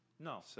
No